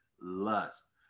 lust